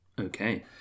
Okay